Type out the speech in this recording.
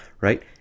Right